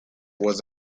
was